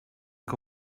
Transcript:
que